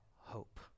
hope